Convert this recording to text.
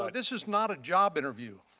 this is not a job interview.